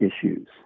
issues